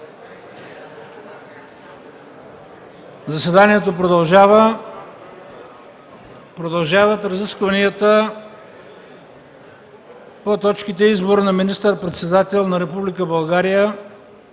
заседанието. Продължават разискванията по точките: избор на министър-председател на Република България